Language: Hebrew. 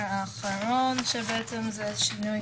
אחרון, שהוא שינוי